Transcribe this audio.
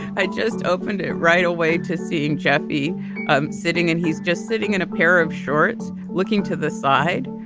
i just opened it right away to seeing jeffy um sitting. and he's just sitting in a pair of shorts looking to the side.